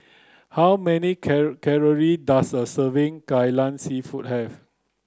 how many calorie does a serving Kai Lan seafood have